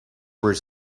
were